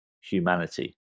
humanity